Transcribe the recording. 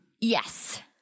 Yes